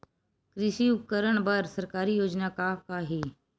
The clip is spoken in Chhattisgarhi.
कृषि उपकरण बर सरकारी योजना का का हे?